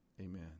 amen